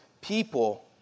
people